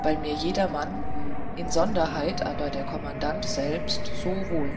weil mir jedermann insonderheit aber der kommandant selbst so wohl